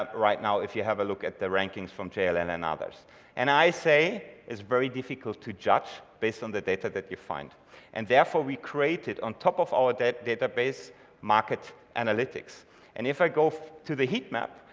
right. now if you have a look at the rankings from jail and and others and i say is very difficult to judge based on the data that you find and therefore we create it on top of our debt database market analytics and if i go to the heat map,